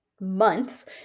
months